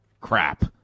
crap